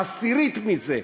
עשירית מזה,